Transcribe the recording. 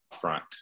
front